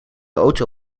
auto